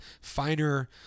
finer